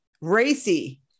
Racy